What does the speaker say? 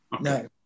no